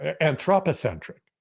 anthropocentric